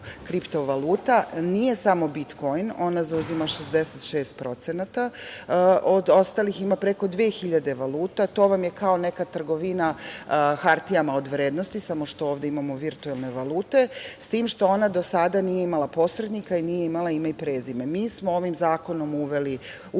kriptovaluta. Nije samo bitkoin, ona zauzima 66% od ostalih, a ima preko 2.000 valuta. To vam je kao neka trgovina hartijama od vrednosti, samo što ovde imamo virtuelne valute, s tim što ona do sada nije imala posrednika i nije imala ime i prezime. Mi smo ovim zakonom ukinuli